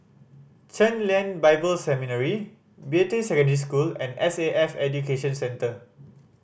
Chen Lien Bible Seminary Beatty Secondary School and S A F Education Center